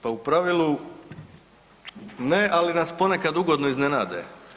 Pa u pravilu ne, ali nas ponekad ugodno iznenade.